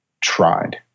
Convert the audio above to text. tried